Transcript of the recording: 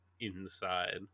inside